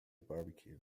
barbecue